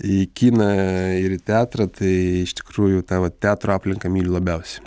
į kiną ir į teatrą tai iš tikrųjų tą va teatro aplinką myliu labiausiai